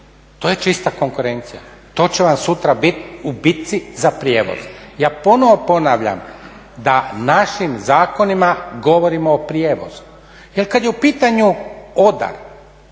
to je čista konkurencija. To će vam sutra biti u bitci za prijevoz. Ponovo ponavljam da našim zakonima govorimo o prijevozu jer kad je u pitanju …,